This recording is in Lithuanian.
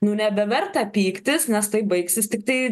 nu nebeverta pyktis nes tai baigsis tiktai